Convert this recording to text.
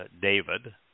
David